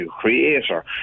Creator